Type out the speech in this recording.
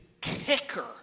kicker